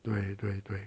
对对对